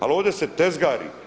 Ali ovdje se tezgari.